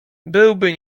byłby